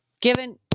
given